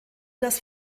das